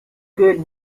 good